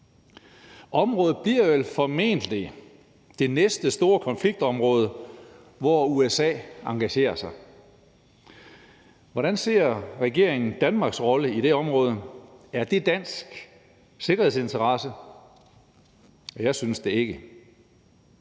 Området bliver vel formentlig det næste store konfliktområde, hvor USA engagerer sig. Hvordan ser regeringen Danmarks rolle i det område? Er det dansk sikkerhedsinteresse? Jeg synes det ikke.